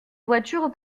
voiture